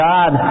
God